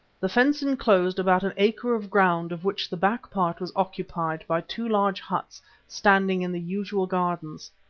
the fence enclosed about an acre of ground of which the back part was occupied by two large huts standing in the usual gardens.